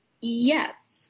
Yes